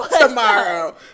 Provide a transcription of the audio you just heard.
tomorrow